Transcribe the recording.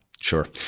Sure